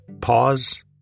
pause